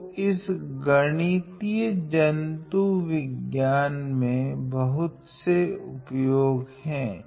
तो इनकी गणितीयजन्तु विज्ञान में बहुत से उपयोग हैं